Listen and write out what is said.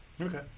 Okay